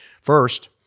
First—